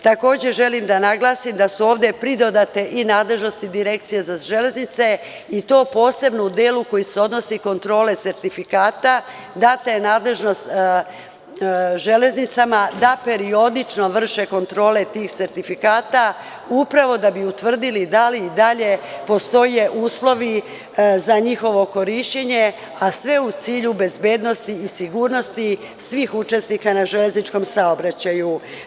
Takođe, želim da naglasim da su ovde pridodate i nadležnosti direkcije za železnice i to posebno u delu koji se odnosi na kontrolu sertifikata, data je nadležnost železnicama, da periodično vrše kontrole tih sertifikata, upravo da bi utvrdili dali i dalje postoje uslovi za njihovo korišćenje, a sve u cilju bezbednosti i sigurnosti svih učesnika na železničkom saobraćaju.